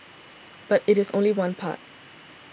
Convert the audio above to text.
but it is only one part